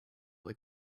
they